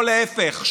או להפך,